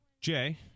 Jay